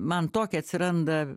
man tokia atsiranda